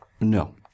No